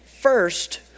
first